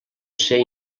ser